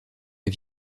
est